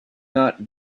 not